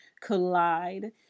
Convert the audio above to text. collide